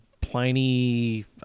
Pliny